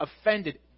offended